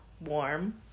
warm